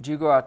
do you go out